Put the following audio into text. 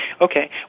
Okay